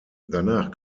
danach